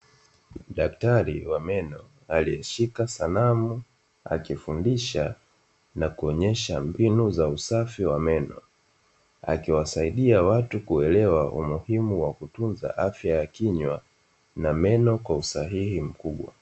Daktari wa meno alieshika sanamu akifundisha na kuonesha mbinu za usafi wa meno, akiwasaidia watu kuelewa umuhimu wa kutunza afya ya kinywa na meno kwa usahihi mkubwa.